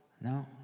No